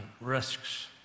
risks